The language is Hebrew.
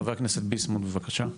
חבר הכנסת ביסמוט, בבקשה.